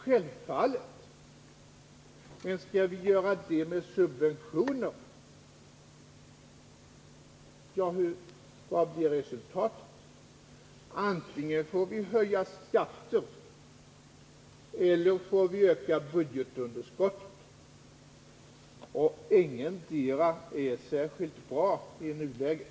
Självfallet vore det bra, men skall vi göra det med subventioner, vad blir då resultatet? Vi får antingen höja skatten eller också öka budgetunderskottet. Ingetdera förslaget är särskilt bra i nuläget.